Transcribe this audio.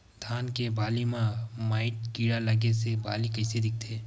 धान के बालि म माईट कीड़ा लगे से बालि कइसे दिखथे?